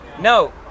No